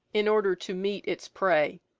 in order to meet its prey.